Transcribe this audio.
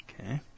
okay